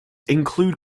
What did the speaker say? include